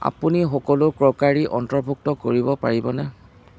আপুনি সকলো ক্ৰকাৰী অন্তৰ্ভুক্ত কৰিব পাৰিবনে